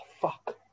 fuck